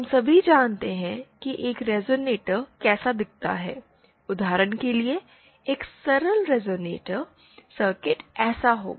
हम सभी जानते हैं कि एक रेज़ोनेटर कैसा दिखता है उदाहरण के लिए एक सरल रेज़ोनेटर सर्किट ऐसा होगा